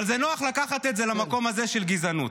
אבל זה נוח לקחת את זה למקום הזה של גזענות.